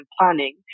planning